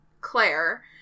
Claire